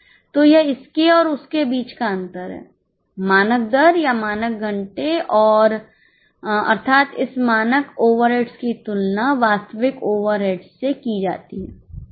तो यह इसके और उसके बीच का अंतर है मानक दर या मानक घंटे और अर्थात इस मानक ओवरहेड्स की तुलना वास्तविक ओवरहेड्स से की जाती है